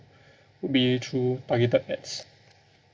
be it through targeted ads